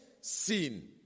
sin